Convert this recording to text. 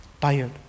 tired